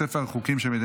שמונה